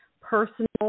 personal